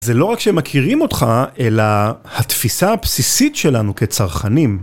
זה לא רק שמכירים אותך, אלא התפיסה הבסיסית שלנו כצרכנים.